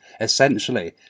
essentially